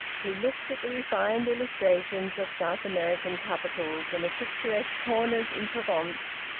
he looked at the refined illustrations of south american capitals and of picturesque corners in provence,